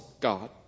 God